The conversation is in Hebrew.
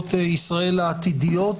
ולממשלות ישראל העתידיות,